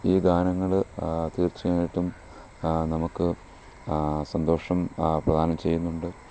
ഈ ഗാനങ്ങൾ തീർച്ചയായിട്ടും നമുക്ക് സന്തോഷം പ്രധാനം ചെയ്യുന്നുണ്ട്